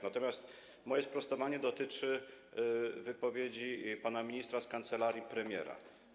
Natomiast moje sprostowanie dotyczy wypowiedzi pana ministra z kancelarii premiera.